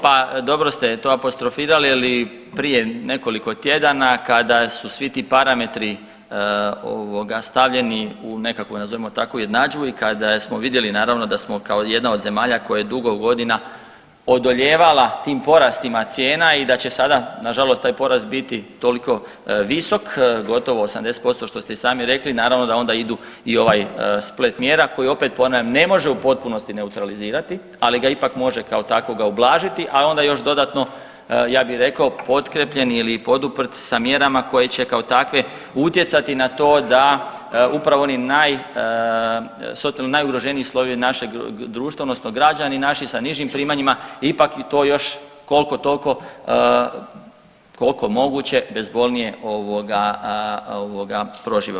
Pa dobro ste to apostrofirali je li prije nekoliko tjedana kada su svi ti parametri ovoga stavljeni u nekakvu nazovimo tako jednadžbu i kada smo vidjeli naravno da smo kao jedna od zemalja koja je dugo godina odoljevala tim porastima cijena i da će sada nažalost taj porast biti toliko visok, gotovo 80% što ste i sami rekli naravno da onda idu i ovaj splet mjera koji opet ponavljam ne može u potpunosti neutralizirati, ali ga ipak može kao takvoga ublažiti, a onda još dodatno ja bi rekao pokrijepljen ili poduprt sa mjerama koje će kao takve utjecati na to da upravo oni naj, socijalno najugroženiji slojevi našeg društva odnosno građani naši sa nižim primanjima ipak i to još kolko tolko, kolko je moguće bezbolnije ovoga, ovoga prožive.